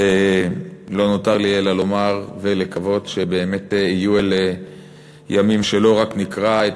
לא נותר לי אלא לומר ולקוות שבאמת יהיו אלה ימים שלא רק נקרא את